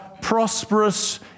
prosperous